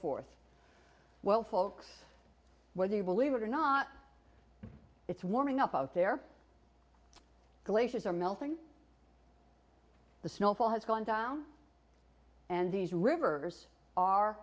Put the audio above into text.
forth well folks whether you believe it or not it's warming up out there glaciers are melting the snow has gone down and these rivers are